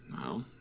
no